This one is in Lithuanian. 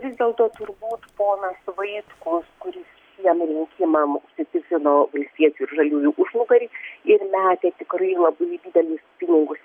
vis dėlto turbūt ponas vaitkus kuris šiem rinkimam užsitikrino valstiečių ir žaliųjų užnugarį ir metė tikrai labai didelius pinigus